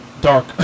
dark